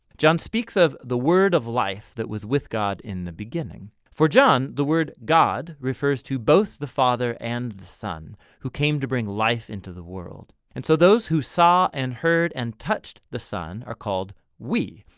john speaks of the word of life that was with god in the beginning. for john the word god refers to both the father and the son who came to bring life into the world. and so those who saw and heard and touched the son are called we.